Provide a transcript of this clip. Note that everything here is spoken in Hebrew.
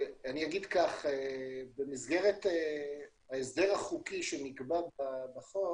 במסגרת ההסדר החוקי שנקבע בחוק